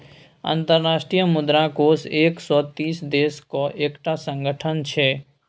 अंतर्राष्ट्रीय मुद्रा कोष एक सय तीस देशक एकटा संगठन छै